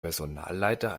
personalleiter